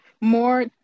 more